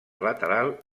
lateral